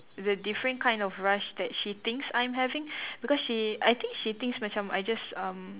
the different kind of rush that she thinks I'm having because she I think she thinks macam I just um